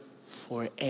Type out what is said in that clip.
forever